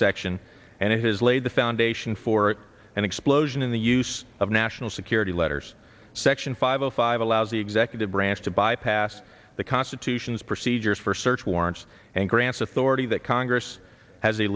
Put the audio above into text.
section and it has laid the foundation for an explosion in the use of national security letters section five zero five allows the executive branch to bypass the constitution's procedures for search warrants and grants authority that congress has a